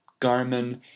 Garmin